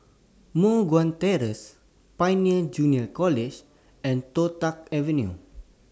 Moh Guan Terrace Pioneer Junior College and Toh Tuck Avenue